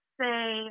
say